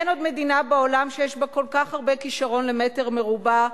אין עוד מדינה בעולם שיש בה כל כך הרבה כשרון למטר מרובע,